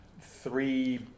three